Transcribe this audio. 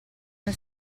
uno